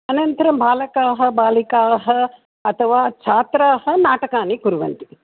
अनन्तरं बालकाः बालिकाः अथवा छात्राः नाटकानि कुर्वन्ति